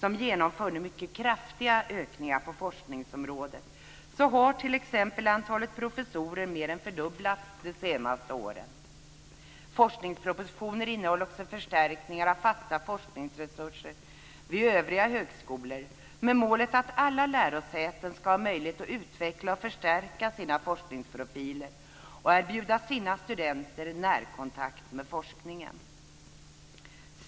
De genomför nu mycket kraftiga ökningar på forskningsområdet. Antalet professorer har t.ex. mer än fördubblats de senaste åren. Forskningspropositionen innehåller också förslag till förstärkningar av fasta forskningsresurser vid övriga högskolor med målet att alla lärosäten ska ha möjlighet att utveckla och förstärka sina forskningsprofiler och erbjuda sina studenter närkontakt med forskningen.